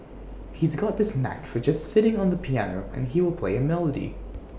he's got this knack for just sitting on the piano and he will play A melody